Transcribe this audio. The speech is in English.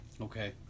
okay